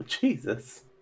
Jesus